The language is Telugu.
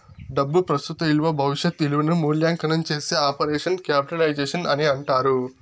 డబ్బు ప్రస్తుత ఇలువ భవిష్యత్ ఇలువను మూల్యాంకనం చేసే ఆపరేషన్ క్యాపిటలైజేషన్ అని అంటారు